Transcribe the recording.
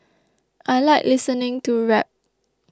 I like listening to rap